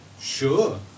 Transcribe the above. sure